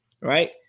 right